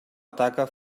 ataca